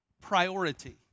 priority